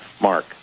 Mark